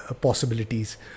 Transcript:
possibilities